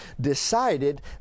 decided